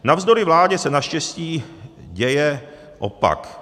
Navzdory vládě se naštěstí děje opak.